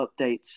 updates